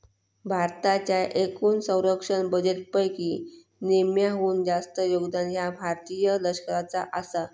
भारताच्या एकूण संरक्षण बजेटपैकी निम्म्याहून जास्त योगदान ह्या भारतीय लष्कराचा आसा